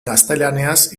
gaztelaniaz